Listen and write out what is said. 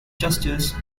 justice